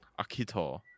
Akito